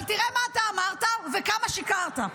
אבל תראה מה אתה אמרת וכמה שיקרת,